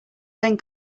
then